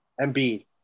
Embiid